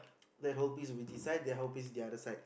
then whole piece will be this side the whole piece will be the other side